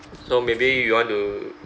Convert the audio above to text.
so maybe you want to